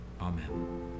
Amen